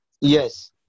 Yes